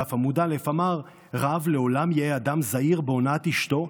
דף נ"ט עמוד א': "אמר רב: לעולם יהא אדם זהיר באונאת אשתו,